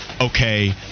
okay